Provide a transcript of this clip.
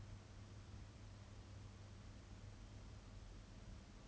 you know this is just a chinese parenting or asian parenting